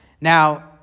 Now